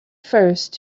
first